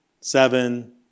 seven